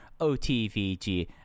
OTVG